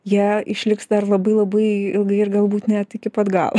jie išliks dar labai labai ilgai ir galbūt net iki pat galo